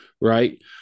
Right